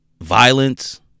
Violence